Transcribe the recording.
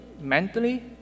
mentally